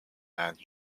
and